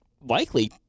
likely